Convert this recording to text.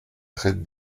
traite